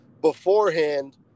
beforehand